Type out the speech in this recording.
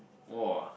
!woah!